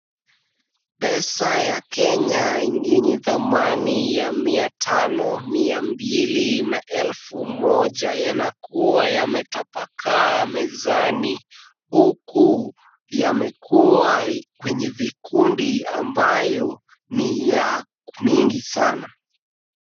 Pesa ya Kenya yenye thamani ya mia tano, mia mbili na elfu moja, yanakuwa yametapakaa mezani, huku yamekuwa kwenye vikundi ambayo ni ya mingi sana.